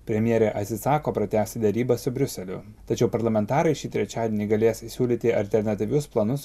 premjerė atsisako pratęsti derybas su briuseliu tačiau parlamentarai šį trečiadienį galės siūlyti alternatyvius planus